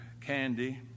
Candy